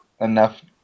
enough